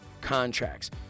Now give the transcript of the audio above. contracts